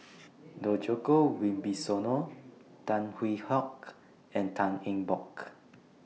Djoko Wibisono Tan Hwee Hock and Tan Eng Bock